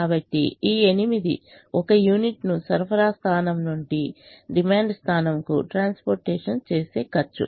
కాబట్టి ఈ 8 ఒక యూనిట్ను సరఫరా స్థానం నుండి డిమాండ్ స్థానం కు ట్రాన్స్పోర్టేషన్ చేసే ఖర్చు